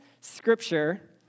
scripture